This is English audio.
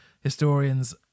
historians